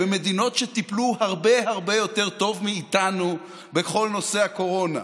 במדינות שטיפלו הרבה הרבה יותר טוב מאיתנו בכל נושא הקורונה.